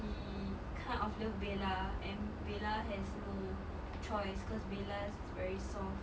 he kind of love Bella and Bella has no choice cause Bella is very soft